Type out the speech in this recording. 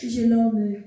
Zielony